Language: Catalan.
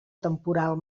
temporal